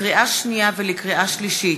לקריאה שנייה ולקריאה שלישית: